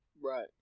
Right